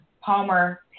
Palmer